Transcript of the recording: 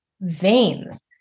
veins